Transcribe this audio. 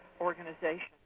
organization